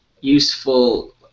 useful